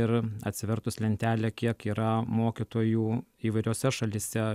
ir atsivertus lentelę kiek yra mokytojų įvairiose šalyse